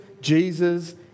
Jesus